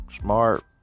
Smart